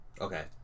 Okay